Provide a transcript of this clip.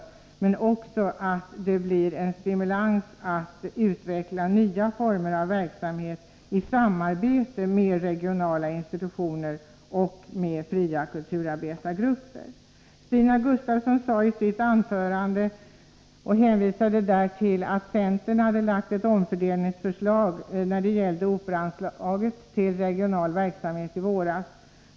Jag hoppas också att det blir en stimulans att utveckla nya former av verksamhet i samarbete med regionala institutioner och med fria kulturarbetargrupper. Stina Gustavsson hänvisade i sitt anförande till att centern i våras hade framlagt ett omfördelningsförslag när det gällde Operaanslaget, till förmån för regional verksamhet.